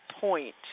point